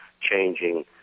changing